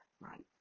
right